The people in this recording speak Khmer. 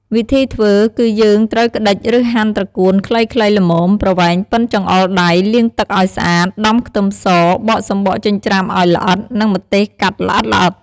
វិធីធ្វើ គឺយើងត្រូវក្ដិច ឬហាន់ត្រកួនខ្លីៗល្មម ប្រវែងប៉ុនចង្អុលដៃ លាងទឹកឲ្យស្អាត ដំខ្ទឹមស បកសំបកចិញ្ច្រាំឲ្យល្អិត និងម្ទេសកាត់ល្អិតៗ។